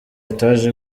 etage